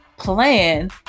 plan